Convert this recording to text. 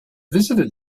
visited